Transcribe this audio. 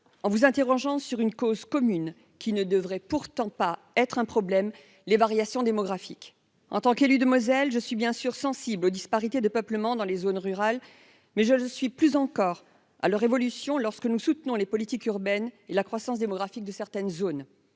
en vous interrogeant sur une cause commune, qui ne devrait pourtant pas être un problème les variations démographiques en tant qu'élu de Moselle je suis bien sûr sensible aux disparités de peuplement dans les zones rurales, mais je le suis plus encore à leur évolution lorsque nous soutenons les politiques urbaines et la croissance démographique de certaines zones,